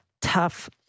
Tough